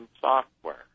software